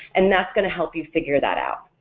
and that's going to help you figure that out.